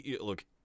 look